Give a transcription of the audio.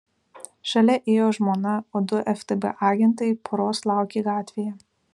šalia ėjo žmona o du ftb agentai poros laukė gatvėje